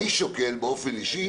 אני שוקל באופן אישי